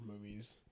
movies